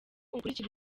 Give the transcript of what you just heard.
ukurikire